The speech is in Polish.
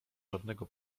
żadnego